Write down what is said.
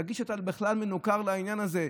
תגיד שאתה בכלל מנוכר לעניין הזה.